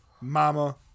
Mama